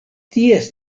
ties